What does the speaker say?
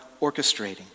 orchestrating